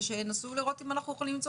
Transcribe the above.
שינסו לראות אם אנחנו יכולים למצוא